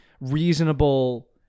reasonable